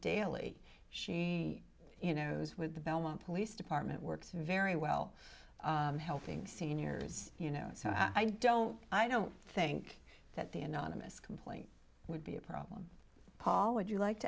daly she knows with the belmont police department works very well helping seniors you know i don't i don't think that the anonymous complaint would be a problem paul would you like